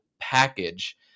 package